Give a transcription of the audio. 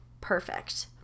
Perfect